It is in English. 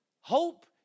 hope